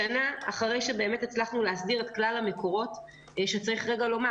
השנה אחרי שהצלחנו להסדיר את כלל המקורות צריך לומר: